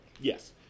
Yes